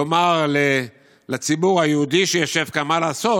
לומר לציבור היהודי שישב כאן מה לעשות.